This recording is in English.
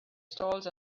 stalls